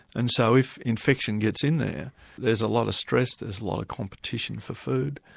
and so if infection gets in there there's a lot of stress, there's a lot of competition for food.